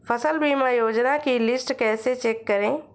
फसल बीमा योजना की लिस्ट कैसे चेक करें?